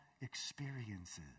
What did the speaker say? experiences